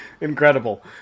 incredible